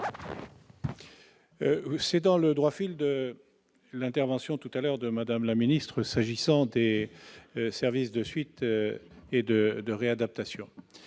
s'inscrit dans le droit fil de l'intervention de Mme la ministre s'agissant des services de suite et de réadaptation.